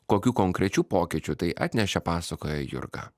kokių konkrečių pokyčių tai atnešė pasakoja jurga